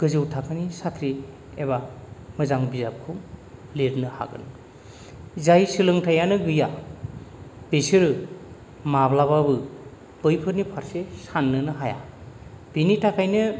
गोजौ थाखोनि साख्रि एबा मोजां बिजाबखौ लिरनो हागोन जायहा सोलोंथायआनो गैया बिसोरो माब्लाबाबो बैफोरनि फारसे साननोनो हाया बेनि थाखायनो